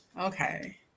okay